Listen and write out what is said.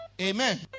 Amen